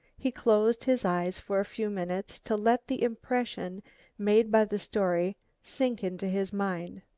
he closed his eyes for a few minutes to let the impression made by the story sink into his mind.